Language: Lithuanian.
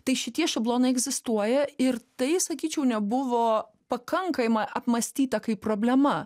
tai šitie šablonai egzistuoja ir tai sakyčiau nebuvo pakankama apmąstyta kaip problema